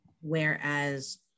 Whereas